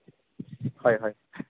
হয় হয়